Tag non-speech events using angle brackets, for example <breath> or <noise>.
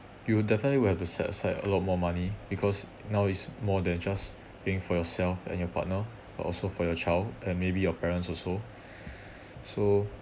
you definitely would have to set aside a lot more money because now is more than just being for yourself and your partner but also for your child and maybe your parents also <breath> so